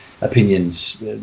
opinions